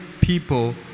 people